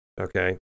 Okay